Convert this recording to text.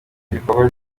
bikorwa